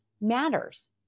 matters